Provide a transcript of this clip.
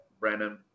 Brandon